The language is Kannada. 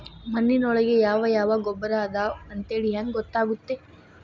ಮಣ್ಣಿನೊಳಗೆ ಯಾವ ಯಾವ ಗೊಬ್ಬರ ಅದಾವ ಅಂತೇಳಿ ಹೆಂಗ್ ಗೊತ್ತಾಗುತ್ತೆ?